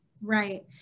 Right